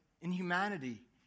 inhumanity